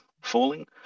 falling